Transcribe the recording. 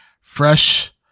fresh